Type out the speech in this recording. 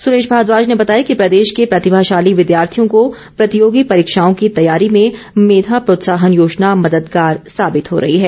सुरेश भारद्वाज ने बताया कि प्रदेश के प्रतिभाशाली विद्यार्थियों को प्रतियोगी परीक्षाओं की तैयारी में मेधा प्रोत्साहन योजना मददगार साबित हो रही है